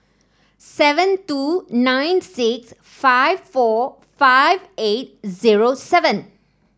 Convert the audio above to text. seven two nine six five four five eight zero seven